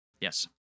Yes